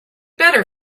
better